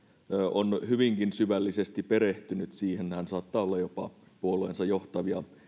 on hyvinkin syvällisesti perehtynyt siihen hän saattaa olla jopa puolueensa johtavia